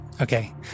Okay